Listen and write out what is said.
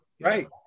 right